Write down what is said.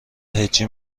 هجی